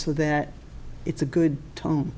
so that it's a good to